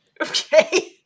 Okay